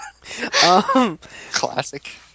Classic